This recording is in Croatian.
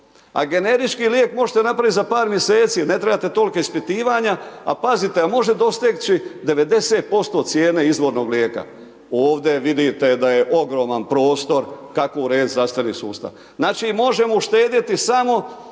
a generički lijek možete napravit za par mjeseci, ne trebate tolika ispitivanja, al pazite al može doseći 90% cijene izvornog lijeka. Ovdje vidite da je ogroman prostor kako uredit zdravstveni sustav. Znači možemo uštedjeti samo